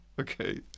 Okay